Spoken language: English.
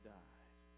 died